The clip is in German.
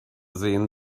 sehen